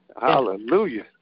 Hallelujah